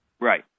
Right